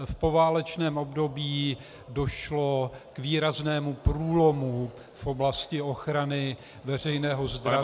V poválečném období došlo k výraznému průlomu v oblasti ochrany veřejného zdraví.